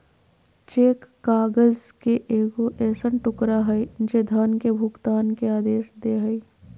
cheque काग़ज़ के एगो ऐसन टुकड़ा हइ जे धन के भुगतान के आदेश दे हइ